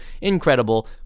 Incredible